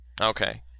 Okay